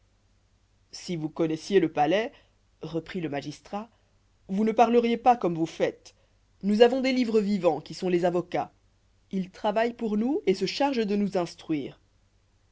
si vous connaissiez le palais reprit le magistrat vous ne parleriez pas comme vous faites nous avons des livres vivants qui sont les avocats ils travaillent pour nous et se chargent de nous instruire